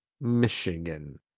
Michigan